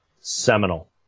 seminal